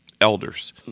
elders